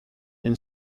and